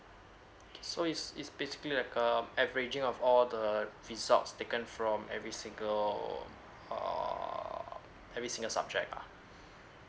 okay so so it's it's basically like um averaging of all the results taken from every single or err every single subject ah